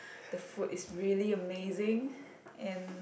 the food is really amazing and